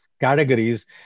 categories